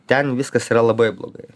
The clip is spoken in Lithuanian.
ten viskas yra labai blogai